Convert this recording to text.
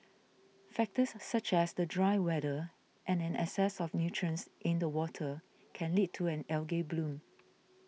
factors such as the dry weather and an excess of nutrients in the water can lead to an algae bloom